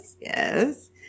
yes